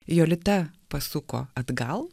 jolita pasuko atgal